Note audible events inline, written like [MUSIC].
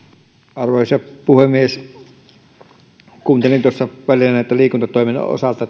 arvoisa puhemies kuuntelin tuossa paljon liikuntatoimen osalta [UNINTELLIGIBLE]